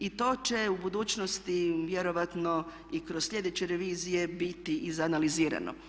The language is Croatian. I to će u budućnosti vjerovatno i kroz sljedeće revizije biti izanalizirano.